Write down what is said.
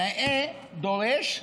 נאה דורש,